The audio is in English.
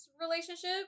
relationship